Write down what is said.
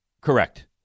Correct